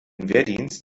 wehrdienst